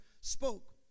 spoke